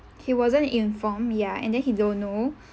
he wasn't informed ya and then he don't know